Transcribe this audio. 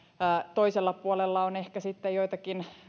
toisella puolella on ehkä sitten joitakin